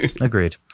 agreed